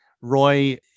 Roy